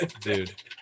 dude